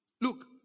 Look